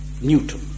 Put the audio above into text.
Newton